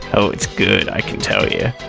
oh, it's good. i can tell you.